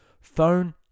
phone